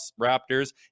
Raptors